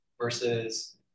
versus